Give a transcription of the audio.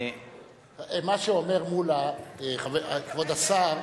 מה שאומר מולה, כבוד השר,